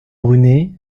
brunet